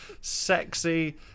Sexy